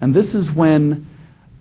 and this is when